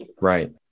right